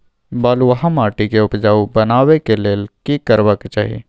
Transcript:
बालुहा माटी के उपजाउ बनाबै के लेल की करबा के चाही?